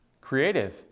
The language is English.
Creative